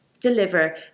deliver